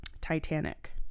Titanic